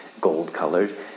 gold-colored